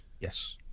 Yes